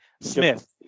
Smith